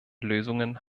lösungen